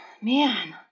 Man